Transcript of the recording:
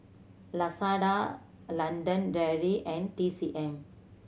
Lazada London Dairy and T C M